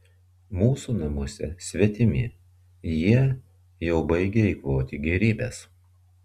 mūsų namuose svetimi jie jau baigia eikvoti gėrybes